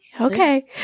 Okay